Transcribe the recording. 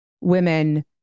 women